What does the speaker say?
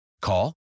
Call